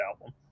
album